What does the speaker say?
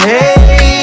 Hey